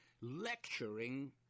lecturing